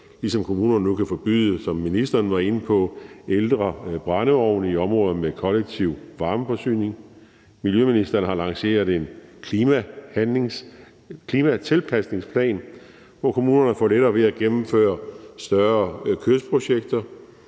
ligesom kommunerne nu, som ministeren var inde på, kan forbyde ældre brændeovne i områder med kollektiv varmeforsyning. Miljøministeren har lanceret en klimatilpasningsplan, hvor kommunerne får lettere ved at gennemføre større kystprojekter,